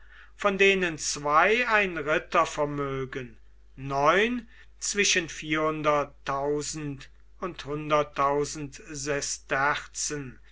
von denen zwei ein rittervermögen neun zwischen und